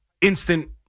instant